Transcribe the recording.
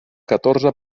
catorze